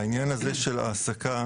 העניין הזה של העסקה,